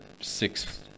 six